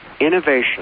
innovation